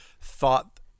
thought